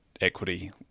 equity